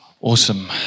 Awesome